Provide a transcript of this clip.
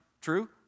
True